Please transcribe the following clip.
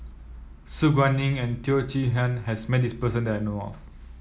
Su Guaning and Teo Chee Hean has met this person that I know of